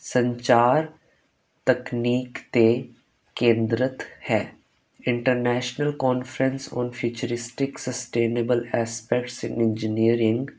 ਸੰਚਾਰ ਤਕਨੀਕ 'ਤੇ ਕੇਂਦਰਿਤ ਹੈ international conference on futuristics sustainable aspects in engineering